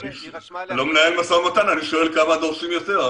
אני לא מנהל משא ומתן, אני שואל כמה דורשים יותר.